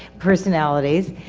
personalities.